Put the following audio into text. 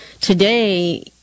today